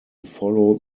follow